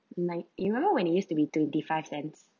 like you know when it used to be twenty five cents